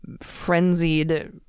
frenzied